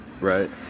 right